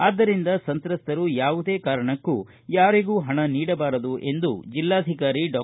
ಆದ್ದರಿಂದ ಸಂತ್ರಸ್ತರು ಯಾವುದೇ ಕಾರಣಕ್ಕೂ ಯಾರಿಗೂ ಹಣ ನೀಡಬಾರದು ಎಂದು ಜಿಲ್ಲಾಧಿಕಾರಿ ಡಾ